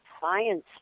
science